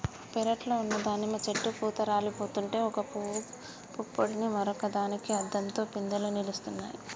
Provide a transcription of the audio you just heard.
పెరట్లో ఉన్న దానిమ్మ చెట్టు పూత రాలిపోతుంటే ఒక పూవు పుప్పొడిని మరొక దానికి అద్దంతో పిందెలు నిలుస్తున్నాయి